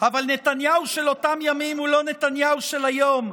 אבל נתניהו של אותם ימים הוא לא נתניהו של היום,